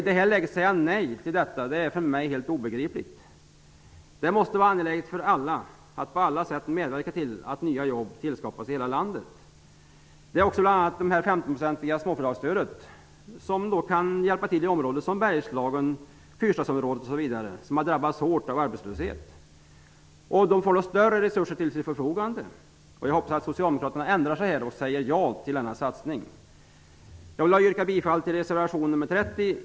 Det är för mig helt obegripligt att i detta läge säga nej. Det måste vara angeläget för alla att på alla sätt medverka till att nya jobb skapas i hela landet. Det 15-procentiga småföretagsstödet kan hjälpa till i områden som Bergslagen och fyrstadsområdet. Det är områden som ha drabbats hårt av arbetslösheten. Då får de större resurser till förfogande. Jag hoppas att Socialdemokraterna ändrar sig och säger ja till denna satsning. Jag yrkar bifall till reservation 30.